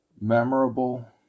memorable